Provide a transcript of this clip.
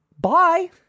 bye